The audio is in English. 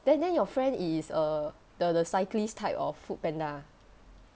then then your friend is err the the cyclist type of foodpanda ah